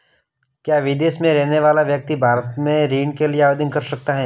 क्या विदेश में रहने वाला व्यक्ति भारत में ऋण के लिए आवेदन कर सकता है?